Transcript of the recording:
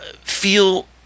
feel